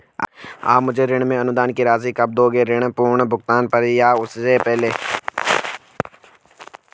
आप मुझे ऋण में अनुदान की राशि कब दोगे ऋण पूर्ण भुगतान पर या उससे पहले?